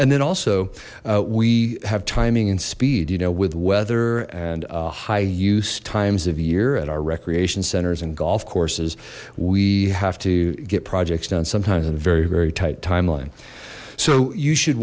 and then also we have timing and speed you know with weather and high use times of year and our recreation centers and golf courses we have to get projects done sometimes in a very very tight timeline so you should